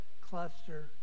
cluster